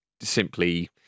simply